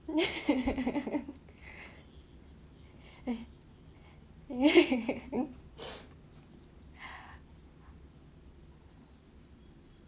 eh